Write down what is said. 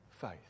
faith